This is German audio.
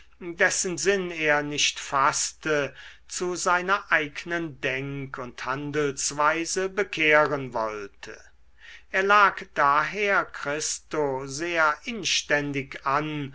dessen sinn er nicht faßte zu seiner eignen denk und handelsweise bekehren wollte er lag daher christo sehr inständig an